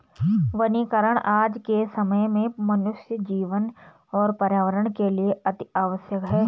वनीकरण आज के समय में मनुष्य जीवन और पर्यावरण के लिए अतिआवश्यक है